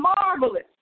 marvelous